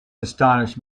astonished